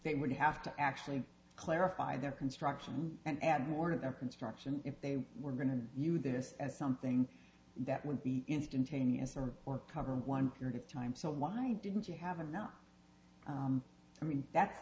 they would have to actually clarify their construction and add more to their construction if they were going to you this as something that would be instantaneous or or cover one time so why didn't you have now i mean that's